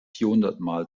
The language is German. vierhundertmal